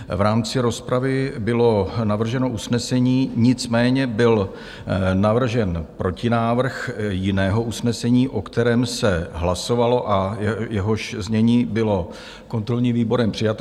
V rámci rozpravy bylo navrženo usnesení, nicméně byl navržen protinávrh jiného usnesení, o kterém se hlasovalo a jehož znění bylo kontrolní výborem přijato.